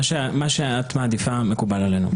מה שאת מעדיפה, מקובל עלינו.